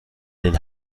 den